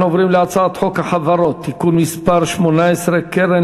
אנחנו עוברים להצעת חוק החברות (תיקון מס' 18) (קרן